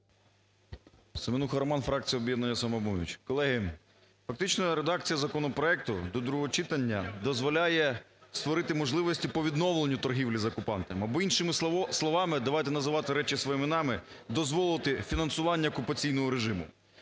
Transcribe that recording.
Семенуха Роман, фракція "Об'єднання "Самопоміч". Колеги, фактично редакція законопроекту до другого читання дозволяє створити можливості по відновленню торгівлі з окупантами або іншими словами, давайте називати речі своїми іменами: дозволити фінансування окупаційного режиму.